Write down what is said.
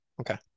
okay